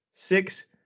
Six